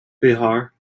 bihar